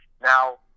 now